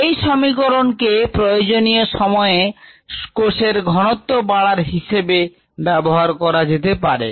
এই সমীকরণকে প্রয়োজনীয় সময়ে কোষের ঘনত্ব বাড়ার হিসেবে ব্যবহার করা যেতে পারে